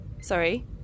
Sorry